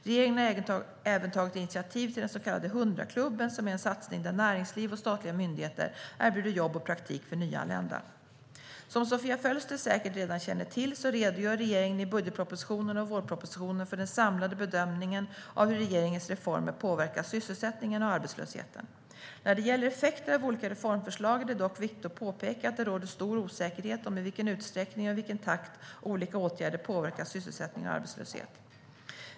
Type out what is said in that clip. Regeringen har även tagit initiativ till den så kallade 100-klubben, som är en satsning där näringsliv och statliga myndigheter erbjuder jobb och praktik för nyanlända. Som Sofia Fölster säkert redan känner till redogör regeringen i budgetpropositionen och vårpropositionen för den samlade bedömningen av hur regeringens reformer påverkar sysselsättningen och arbetslösheten. När det gäller effekter av olika reformförslag är det dock viktigt att påpeka att det råder stor osäkerhet om i vilken utsträckning och i vilken takt olika åtgärder påverkar sysselsättning och arbetslöshet.